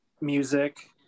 music